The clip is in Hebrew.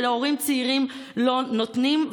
ולהורים צעירים לא נותנים.